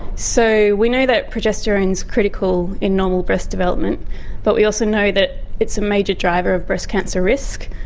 so we know that progesterone is critical in normal breast development but we also know that it's a major driver of breast cancer risk,